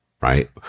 right